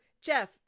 Jeff